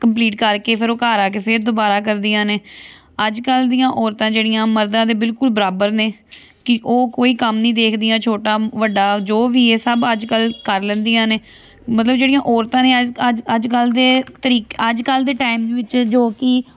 complete ਕਰਕੇ ਫਿਰ ਉਹ ਘਰ ਆ ਕੇ ਫਿਰ ਦੁਬਾਰਾ ਕਰਦੀਆਂ ਨੇ ਅੱਜ ਕੱਲ੍ਹ ਦੀਆਂ ਔਰਤਾਂ ਜਿਹੜੀਆਂ ਮਰਦਾਂ ਦੇ ਬਿਲਕੁਲ ਬਰਾਬਰ ਨੇ ਕਿ ਉਹ ਕੋਈ ਕੰਮ ਨਹੀਂ ਦੇਖਦੀਆਂ ਛੋਟਾ ਵੱਡਾ ਜੋ ਵੀ ਇਹ ਸਭ ਅੱਜ ਕੱਲ੍ਹ ਕਰ ਲੈਂਦੀਆਂ ਨੇ ਮਤਲਬ ਜਿਹੜੀਆਂ ਔਰਤਾਂ ਨੇ ਅਜ ਅੱਜ ਅੱਜ ਕੱਲ੍ਹ ਦੇ ਤਰੀਕ ਅੱਜ ਕੱਲ੍ਹ ਦੇ ਟਾਈਮ ਵਿੱਚ ਜੋ ਕਿ